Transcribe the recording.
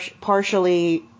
partially